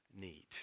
need